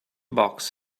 box